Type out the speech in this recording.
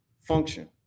function